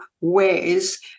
ways